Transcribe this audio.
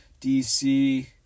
DC